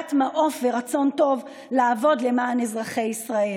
בעלת מעוף ורצון טוב לעבוד למען אזרחי ישראל.